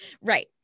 Right